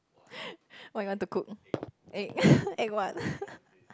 what you want to cook egg egg what